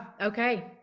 Okay